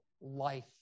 life